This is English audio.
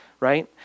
right